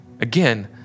again